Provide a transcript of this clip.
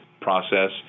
process